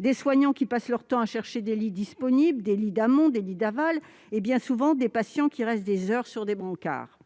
les soignants passent leur temps à chercher des lits disponibles, des lits d'amont comme d'aval ; enfin, bien souvent, les patients restent des heures sur des brancards.